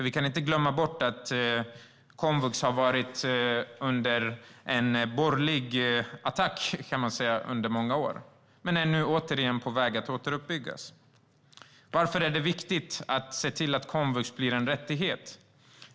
Vi kan inte glömma bort att komvux har varit under borgerlig attack, kan man säga, under många år men nu är på väg att återuppbyggas. Varför är det viktigt att se till att komvux blir en rättighet?